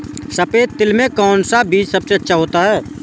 सफेद तिल में कौन सा बीज सबसे अच्छा होता है?